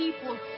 people